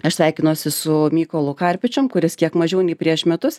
aš sveikinuosi su mykolu karpečium kuris kiek mažiau nei prieš metus